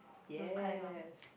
yes